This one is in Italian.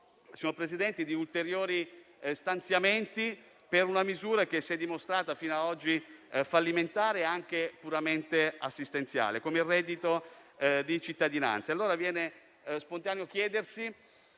Sentiamo parlare di ulteriori stanziamenti per una misura che si è dimostrata fino ad oggi fallimentare ed anche puramente assistenziale, come il reddito di cittadinanza. Viene spontaneo chiedersi